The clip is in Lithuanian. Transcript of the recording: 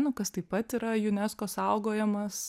nu kas taip pat yra unesco saugojamas